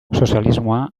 sozialismoa